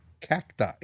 cacti